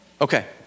Okay